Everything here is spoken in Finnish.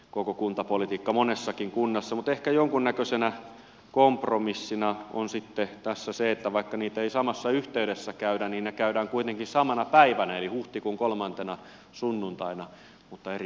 koko kuntapolitiikka monessakin kunnassa mutta ehkä jonkunnäköisenä kompromissina olisi tehtaassa se että vaikka niitä ei samassa yhteydessä käydä niin että on kuitenkin samana päivänä eli huhtikuun kolmantena sunnuntaina mutta ei